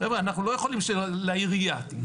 אנחנו לא יכולים שלעירייה תהיה.